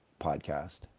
podcast